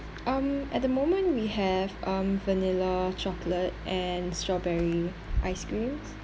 um at the moment we have um vanilla chocolate and strawberry ice creams